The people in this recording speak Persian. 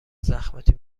زخمتی